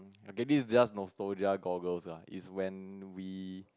okay this is just nostalgia goggles lah is when we